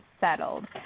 settled